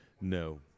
No